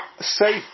safe